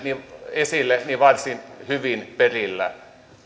esille varsin hyvin perillä